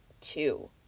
two